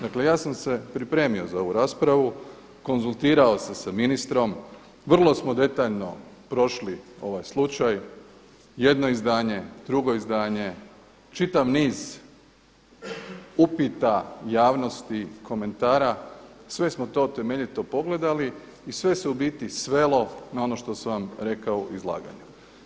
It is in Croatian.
Dakle ja sam se pripremio za ovu raspravu, konzultirao se sa ministrom, vrlo smo detaljno prošli ovaj slučaj, jedno izdanje, drugo izdanje, čitav niz upita javnosti, komentara sve smo to temeljito pogledali i sve se u biti svelo na ono što sam vam rekao u izlaganju.